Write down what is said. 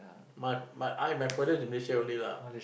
my my I my furthest is Malaysia only lah